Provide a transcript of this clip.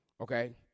Okay